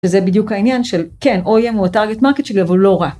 זה בדיוק העניין של כן, או אם הוא הטארגט מרקט שלי אבל הוא לא רק.